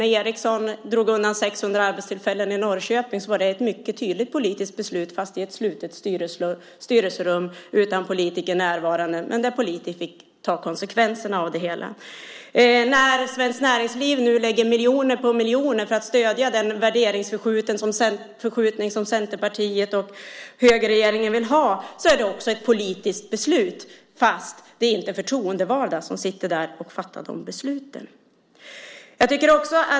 När Ericsson drog undan 600 arbetstillfällen i Norrköping var det ett mycket tydligt politiskt beslut fattat i ett slutet styrelserum utan politiker närvarande men där politiker fick ta konsekvenserna. Svenskt Näringsliv lägger miljoner på miljoner på att stödja den värderingsförskjutning som Centerpartiet och högerregeringen vill ha. Det är också ett politiskt beslut fastän det inte är förtroendevalda som sitter där och fattar besluten.